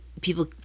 people